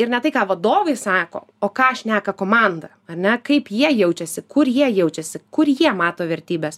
ir ne tai ką vadovai sako o ką šneka komanda ar ne kaip jie jaučiasi kur jie jaučiasi kur jie mato vertybes